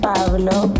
Pablo